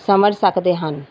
ਸਮਝ ਸਕਦੇ ਹਨ